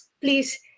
please